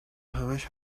همش